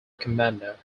commander